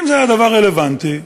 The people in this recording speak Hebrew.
אם זה דבר רלוונטי,